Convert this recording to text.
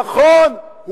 נכון,